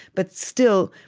but still,